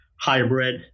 hybrid